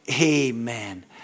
Amen